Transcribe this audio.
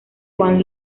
juan